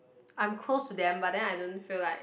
I'm close to them but then I don't feel like